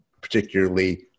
particularly